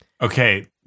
Okay